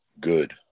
good